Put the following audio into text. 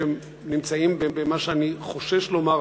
שהם נמצאים במה שאני חושש לומר,